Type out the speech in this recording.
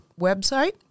website